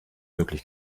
möglich